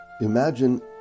Imagine